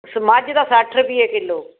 ਮੱਝ ਦਾ ਸੱਠ ਰੁਪਈਏ ਕਿਲੋ